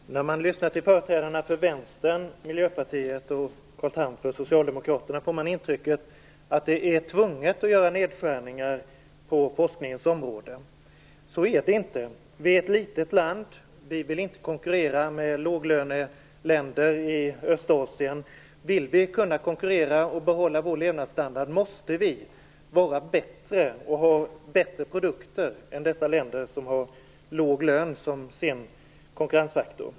Fru talman! När jag lyssnar till företrädarna för Vänstern, Miljöpartiet och Carl Tham för Socialdemokraterna får jag intrycket att man är tvungen att göra nedskärningar på forskningens område. Så är det inte. Vi är ett litet land. Vi vill inte konkurrera med låglöneländer i Östasien. Vill vi kunna konkurrera och behålla vår levnadsstandard måste vi vara bättre och ha bättre produkter än dessa länder som har låg lön som sin konkurrensfaktor.